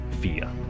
fear